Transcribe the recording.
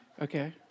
Okay